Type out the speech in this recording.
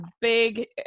big